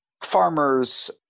farmers